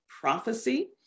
prophecy